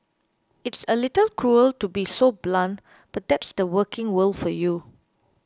it's a little cruel to be so blunt but that's the working world for you